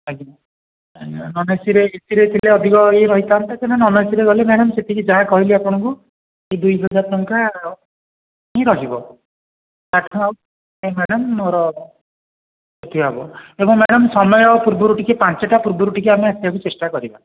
ଆଜ୍ଞା ଆଜ୍ଞା ନନ୍ଏସିରେ ଏସିରେ ଥିଲେ ଅଧିକ ୟେ ରହିଥାନ୍ତା ତେବେ ନନ୍ଏସିରେ ଗଲେ ମ୍ୟାଡ଼ମ୍ ସେତିକି ଯାହା କହିଲି ଆପଣଙ୍କୁ କି ଦୁଇ ହଜାର ଟଙ୍କା ହିଁ ରହିବ ମ୍ୟାଡ଼ାମ୍ ମୋର କ୍ଷତି ହବ ଏବଂ ମ୍ୟାଡ଼ମ୍ ସମୟ ପୂର୍ବରୁ ଟିକିଏ ପାଞ୍ଚଟା ପୂର୍ବରୁ ଟିକିଏ ଆମେ ଆସିଆକୁ ଚେଷ୍ଟା କରିବା